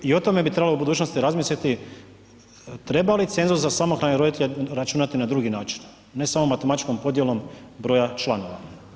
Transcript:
I o tome bi trebalo u budućnosti razmisliti, treba li cenzus za samohrane roditelje računati na drugi način, ne samo matematičkom podjelom broja članova.